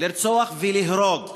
לרצוח ולהרוג מחנך,